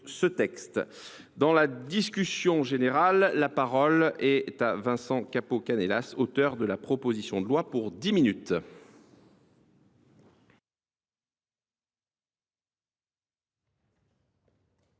Dans la discussion générale, la parole est à M. Vincent Capo Canellas, auteur de la proposition de loi. Monsieur